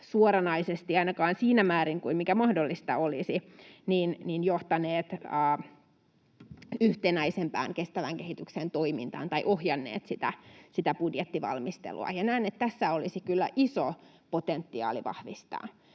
suoranaisesti — ainakaan siinä määrin kuin mikä mahdollista olisi — johtaneet yhtenäisempään kestävän kehityksen toimintaan tai ohjanneet budjettivalmistelua. Näen, että tässä olisi kyllä iso potentiaali vahvistaa.